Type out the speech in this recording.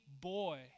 boy